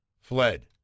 fled